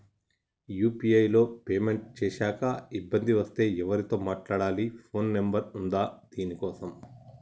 UPI లో payment చేశాక ఇబ్బంది వస్తే ఎవరితో మాట్లాడాలి? ఫోన్ నంబర్ ఉందా దీనికోసం?